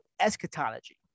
eschatology